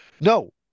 No